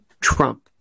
Trump